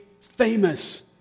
famous